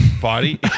Body